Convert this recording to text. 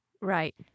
right